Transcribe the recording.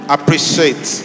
Appreciate